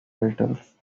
beatles